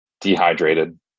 dehydrated